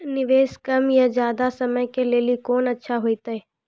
निवेश कम या ज्यादा समय के लेली कोंन अच्छा होइतै?